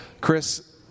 Chris